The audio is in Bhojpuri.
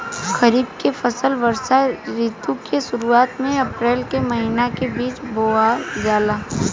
खरीफ के फसल वर्षा ऋतु के शुरुआत में अप्रैल से मई के बीच बोअल जाला